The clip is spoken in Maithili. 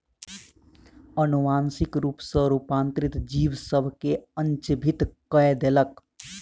अनुवांशिक रूप सॅ रूपांतरित जीव सभ के अचंभित कय देलक